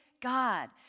God